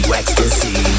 ecstasy